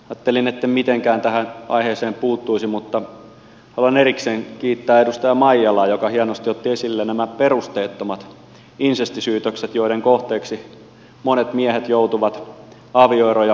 ajattelin etten mitenkään tähän aiheeseen puuttuisi mutta haluan erikseen kiittää edustaja maijalaa joka hienosti otti esille nämä perusteettomat insestisyytökset joiden kohteeksi monet miehet joutuvat avioero ja huoltajuuskiistojen yhteydessä